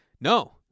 no